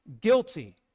Guilty